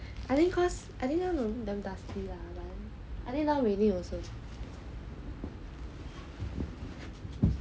I think now damn dusty also